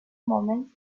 moments